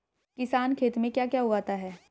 किसान खेत में क्या क्या उगाता है?